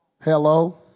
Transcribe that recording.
Hello